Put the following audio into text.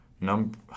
Number